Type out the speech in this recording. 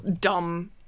dumb